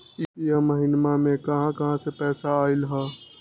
इह महिनमा मे कहा कहा से पैसा आईल ह?